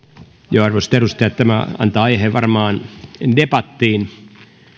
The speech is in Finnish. arvoisat edustajat tämä antaa aiheen varmaan debattiin